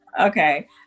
Okay